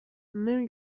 نمی